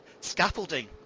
scaffolding